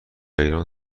ایران